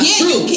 true